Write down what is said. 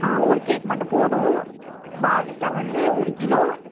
ஆ ஒரு கேக் மட்டும் போதும் பாதுஷா வந்து ஒரு கிலோ